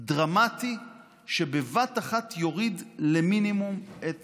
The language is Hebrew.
דרמטי שבבת אחת יוריד למינימום את